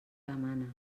demana